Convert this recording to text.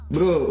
Bro